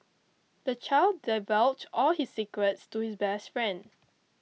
the child divulged all his secrets to his best friend